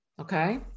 Okay